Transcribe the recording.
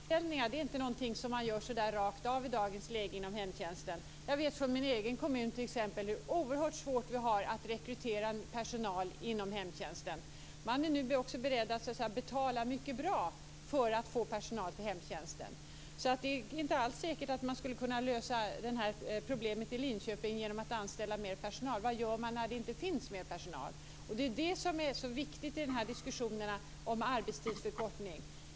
Herr talman! Då vill jag upplysa Camilla Sköld om att det där med nyanställningar är ingenting som man genomför rakt av i dagens läge inom hemtjänsten. I min egen hemkommun har vi oerhört svårt att rekrytera personal till hemtjänsten. Man är nu beredd att betala mycket bra för att få tag på personal. Så det är inte alls säkert att man skulle kunna lösa problemet i Linköping genom att anställa mer personal. Vad gör man när det inte finns mer personal? Det är detta som är så viktigt när man diskuterar arbetstidsförkortning.